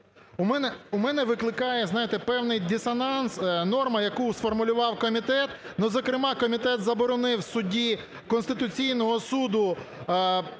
у мене викликає, знаєте, певний дисонанс норма, яку сформулював комітет. Ну, зокрема, комітет заборонив судді Конституційного Суду